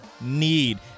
need